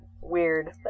weird